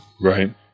Right